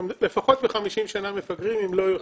מפגרים לפחות ב-50 שנים, אם לא יותר.